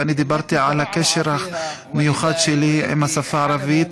ודיברתי על הקשר המיוחד שלי לערבית,